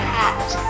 hat